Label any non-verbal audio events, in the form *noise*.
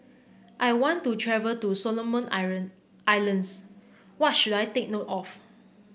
I want to travel to Solomon *unintelligible* Islands what should I take note of